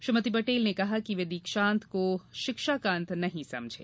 श्रीमती पटेल ने कहा कि वे दीक्षांत को शिक्षा का अंत नहीं समझें